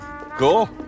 Cool